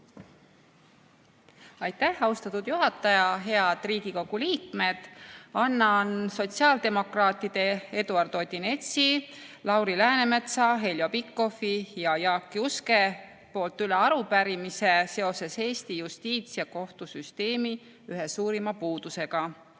Aitäh, austatud juhataja! Head Riigikogu liikmed! Annan üle sotsiaaldemokraatide Eduard Odinetsi, Lauri Läänemetsa, Heljo Pikhofi ja Jaak Juske arupärimise seoses Eesti justiits- ja kohtusüsteemi ühe suurima puudusega.